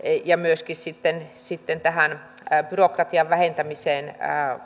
ja myöskin sitten sitten byrokratian vähentämiseen